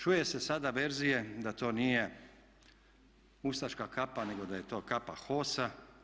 Čuju se sada verzije da to nije ustaška kapa nego da je to kapa HOS-a.